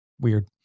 weird